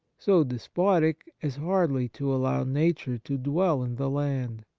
so despotic as hardly to allow nature to dwell in the land.